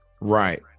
right